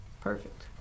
Perfect